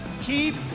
Keep